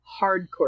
hardcore